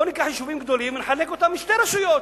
בואו ניקח יישובים גדולים ונחלק אותם לשתי רשויות,